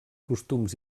costums